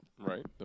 Right